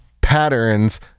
patterns